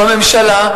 בממשלה.